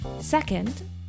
Second